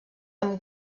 amb